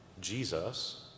Jesus